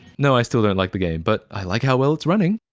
no i still don't like the game, but i like how well it's running!